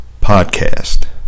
podcast